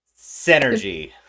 Synergy